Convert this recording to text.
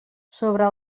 sobre